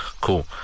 cool